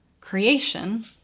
Creation